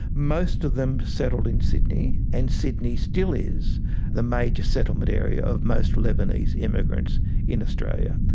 most of them settled in sydney and sydney still is the major settlement area of most lebanese immigrants in australia.